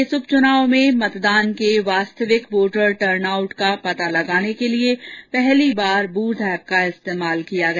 इस उप चुनाव में मतदान के वास्तविक वोटर टर्नआउट का पता लगाने के लिए पहली बार बूथ एप का इस्तेमाल किया गया